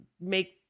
make